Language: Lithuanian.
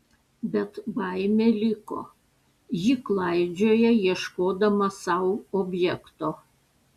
bet baimė liko ji klaidžioja ieškodama sau objekto